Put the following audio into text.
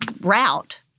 route